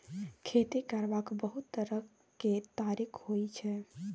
खेती करबाक बहुत तरह केर तरिका होइ छै